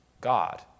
God